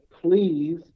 please